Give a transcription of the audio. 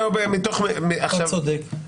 אתה צודק.